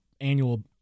annual